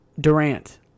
Durant